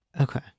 okay